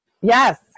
Yes